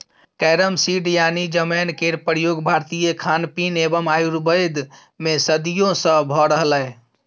carrom seed यानी जमैन केर प्रयोग भारतीय खानपीन एवं आयुर्वेद मे सदियों सँ भ रहलैए